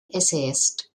essayist